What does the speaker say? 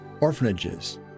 orphanages